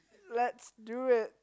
let's do it